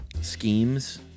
Schemes